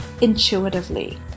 intuitively